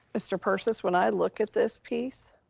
mr. persis, when i look at this piece